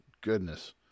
goodness